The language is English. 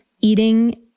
eating